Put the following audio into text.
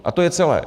A to je celé.